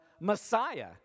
Messiah